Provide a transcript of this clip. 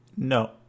No